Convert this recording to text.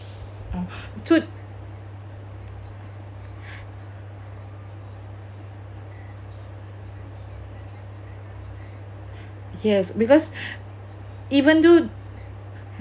uh so yes because even though